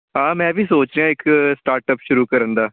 ਹਾਂ ਮੈਂ ਵੀ ਸੋਚ ਰਿਹਾ ਇੱਕ ਸਟਾਰਟਅਪ ਸ਼ੁਰੂ ਕਰਨ ਦਾ